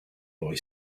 boy